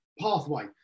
pathway